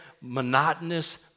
monotonous